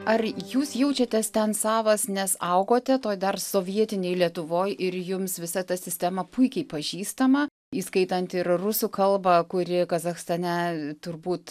ar jūs jaučiatės ten savas nes augote toj dar sovietinėje lietuvoje ir jums visa ta sistema puikiai pažįstama įskaitant ir rusų kalbą kuri kazachstane turbūt